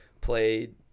played